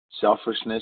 Selfishness